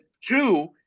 two